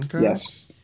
Yes